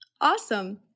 Awesome